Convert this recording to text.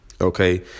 Okay